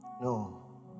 No